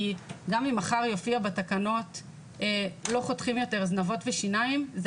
כי גם אם מחר יופיע בתקנות שלא חותכים יותר זנבות ושיניים זה